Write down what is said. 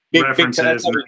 references